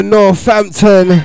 Northampton